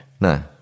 No